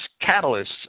catalysts